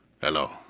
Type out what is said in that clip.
hello